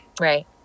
right